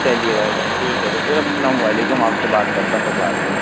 چلیے بھائی جان ٹھیک ہے تو پھر السّلام علیکم آپ سے بات کرتا ہوں پھر بعد میں